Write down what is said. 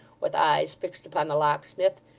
with eyes fixed upon the locksmith,